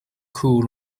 call